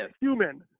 human